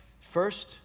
first